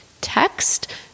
text